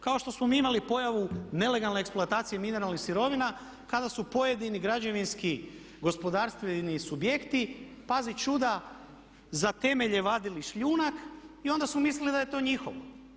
Kao što smo mi imali pojavu nelegalne eksploatacije mineralnih sirovina kada su pojedini građevinski gospodarstveni subjekti pazi čuda za temelje vadili šljunak i onda su mislili da je to njihovo.